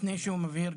לפני שהוא מבהיר,